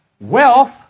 wealth